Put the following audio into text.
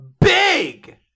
big